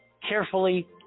carefully